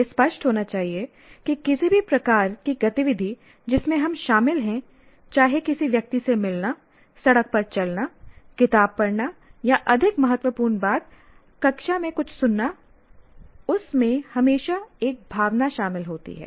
यह स्पष्ट होना चाहिए कि किसी भी प्रकार की गतिविधि जिसमें हम शामिल हैं चाहे किसी व्यक्ति से मिलना सड़क पर चलना किताब पढ़ना या अधिक महत्वपूर्ण बात कक्षा में कुछ सुनना उस में हमेशा एक भावना शामिल होती है